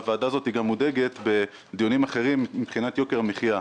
הוועדה הזאת גם מודאגת בדיונים אחרים מיוקר המחיה.